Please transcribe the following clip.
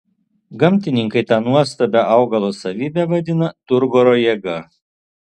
gamtininkai tą nuostabią augalo savybę vadina turgoro jėga